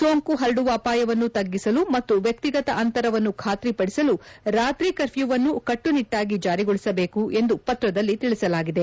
ಸೋಂಕು ಹರಡುವ ಅಪಾಯವನ್ನು ತಗ್ಗಿಸಲು ಮತ್ತು ವ್ಯಕ್ತಿಗತ ಅಂತರವನ್ನು ಖಾತ್ರಿಪಡಿಸಲು ರಾತ್ರಿ ಕರ್ಪ್ಯೂವನ್ನು ಕಟ್ಟುನಿಟ್ಟಾಗಿ ಜಾರಿಗೊಳಿಸಬೇಕು ಎಂದು ಪತ್ರದಲ್ಲಿ ತಿಳಿಸಲಾಗಿದೆ